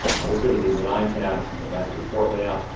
i always go to the design tab and go back to report layout,